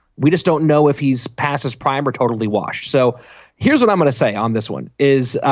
we just don't know if he's past his prime or totally washed. so here's what i'm going to say on this one is